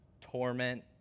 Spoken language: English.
torment